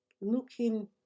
looking